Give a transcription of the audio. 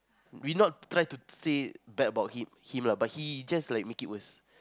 we not try to say bad about him him lah but he just like make it worse